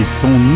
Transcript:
son